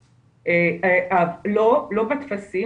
לא, לא בטפסים.